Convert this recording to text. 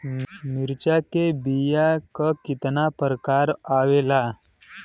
मिर्चा के बीया क कितना प्रकार आवेला?